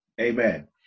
Amen